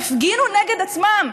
הפגינו נגד עצמם,